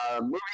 movie